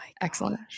excellent